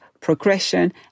progression